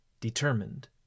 determined